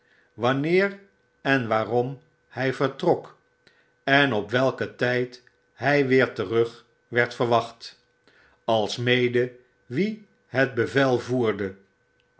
wanneer en waarom hy vertrok en op welken tijd hij weer terug werd verwacht alsmede wie het bevel voerde